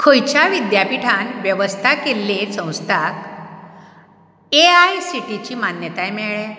खंयच्या विद्यापिठान वेवस्ता केल्ले संस्ताक ए आय सी टीची मान्यताय मेळ्या